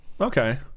Okay